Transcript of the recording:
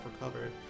recovered